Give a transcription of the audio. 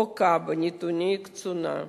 או קב"א נתוני קצונה.